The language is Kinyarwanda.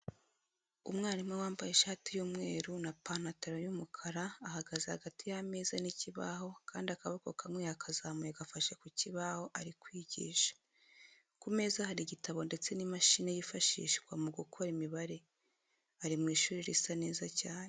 Umwarimu wambaye ishati y'umweru n'apanataro y'umukara ahagaze hagati y'ameza n'ikibaho handi akaboko kamwe yakazamuye gafashe ku kibaho ari kwigisha. Ku meza hari igitabo ndetse n'imashini yifashishwa mu gukora imibare. Ari mu ishuri risa neza cyane.